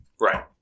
Right